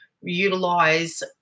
utilize